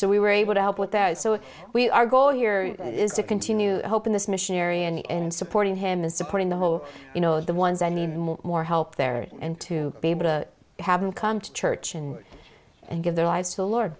so we were able to help with that so we are goal here is to continue helping this missionary any and supporting him and supporting the whole you know the ones that need more more help there and to be able to have him come to church in and get their lives or